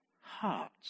hearts